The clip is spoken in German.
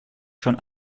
schon